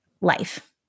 life